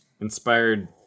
Inspired